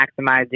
maximizing